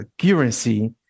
currency